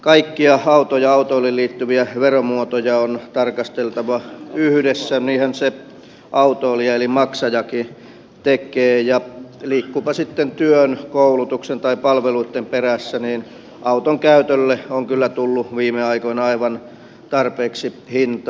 kaikkia autoon ja autoiluun liittyviä veromuotoja on tarkasteltava yhdessä niinhän se autoilija eli maksajakin tekee ja liikkuupa sitten työn koulutuksen tai palveluitten perässä niin auton käytölle on kyllä tullut viime aikoina aivan tarpeeksi hintaa